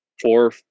four